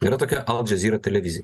yra tokia al džazira televizija